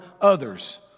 others